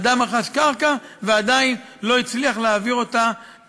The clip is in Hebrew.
אדם רכש קרקע ועדיין לא הצליח להעביר אותה